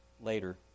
later